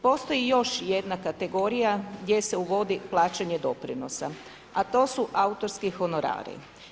Postoji još jedna kategorija gdje se uvodi plaćanje doprinosa a to su autorski honorani.